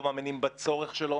לא מאמינים בצורך שלו.